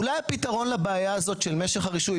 אולי הפתרון לבעיה הזאת של משך הרישוי,